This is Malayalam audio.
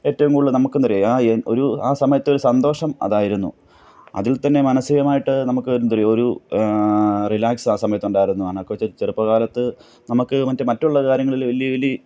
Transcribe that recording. ഏറ്റവും കൂടുതൽ നമുക്കെന്നറിയുമോ ആ ഒരു ആ സമയത്തൊരു സന്തോഷം അതായിരുന്നു അതിൽ തന്നെ മാനസികമായിട്ട് നമുക്ക് എന്താണെന്നറിയുമോ ഒരു റിലാക്സ് ആയ സമയത്ത് ഉണ്ടായിരുന്നു ഞാനൊക്കെ വച്ച് ചെറുപ്പകാലത്ത് നമുക്ക് മറ്റ് മറ്റുള്ള കാര്യങ്ങളിൽ വല്യ വല്യ